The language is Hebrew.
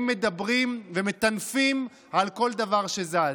הם מדברים ומטנפים על כל דבר שזז.